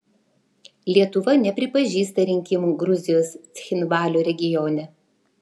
lietuva nepripažįsta rinkimų gruzijos cchinvalio regione